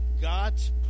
God's